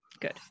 Good